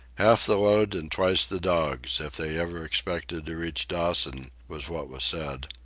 half the load and twice the dogs, if they ever expected to reach dawson, was what was said.